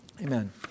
Amen